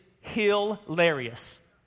hilarious